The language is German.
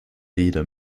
weder